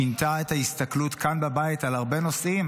שינתה את ההסתכלות כאן בבית על הרבה נושאים,